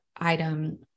item